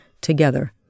together